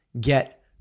get